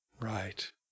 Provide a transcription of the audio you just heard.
Right